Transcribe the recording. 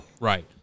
Right